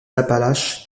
appalaches